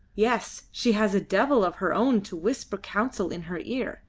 yes, she has a devil of her own to whisper counsel in her ear,